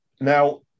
now